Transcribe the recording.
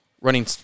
running